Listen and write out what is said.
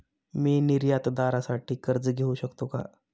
मी निर्यातदारासाठी कर्ज घेऊ शकतो का?